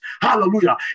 Hallelujah